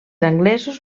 anglesos